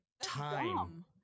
time